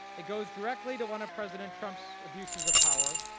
it goes directly to one of president trump's abuses of power,